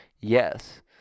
Yes